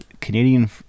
Canadian